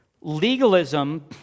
legalism